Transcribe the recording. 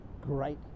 great